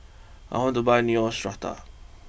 I want to buy Neostrata